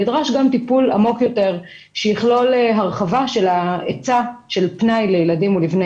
נדרש גם טיפול עמוק יותר שיכלול הרחבה של ההיצע של פנאי לילדים ובני